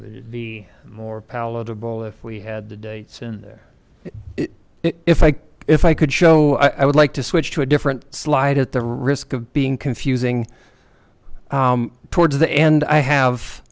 be more palatable if we had the dates and if i if i could show i would like to switch to a different slide at the risk of being confusing towards the end i have